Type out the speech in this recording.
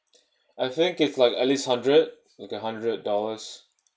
I think it's like at least hundred like a hundred dollars